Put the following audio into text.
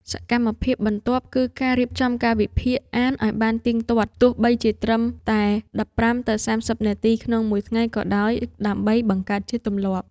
សកម្មភាពបន្ទាប់ គឺការរៀបចំកាលវិភាគអានឱ្យបានទៀងទាត់ ទោះបីជាត្រឹមតែ ១៥ ទៅ ៣០ នាទីក្នុងមួយថ្ងៃក៏ដោយ ដើម្បីបង្កើតជាទម្លាប់។